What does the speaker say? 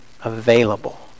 available